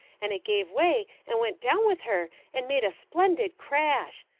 and it gave way and went down with her and made a splendid crash.